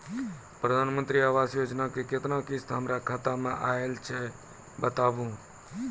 प्रधानमंत्री मंत्री आवास योजना के केतना किस्त हमर खाता मे आयल छै बताबू?